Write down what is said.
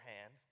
hand